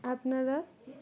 আপনারা